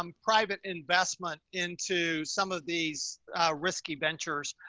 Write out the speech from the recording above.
um private investment into some of these risky ventures.